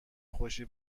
خوشی